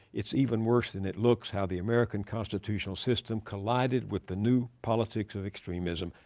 it's even worse than it looks how the american constitutional system collided with the new politics of extremism.